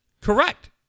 Correct